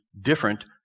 different